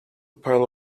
pile